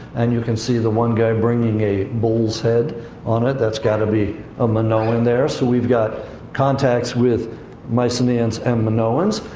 and you can see the one guy bringing a bull's head on it. that's got to be a minoan there. so we've got contacts with mycenaeans and minoans.